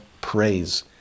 Praise